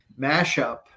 mashup